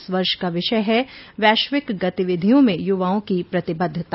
इस वर्ष का विषय है वैश्विक गतिविधियों में युवाओं की प्रतिबद्धता